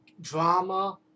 drama